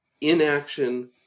inaction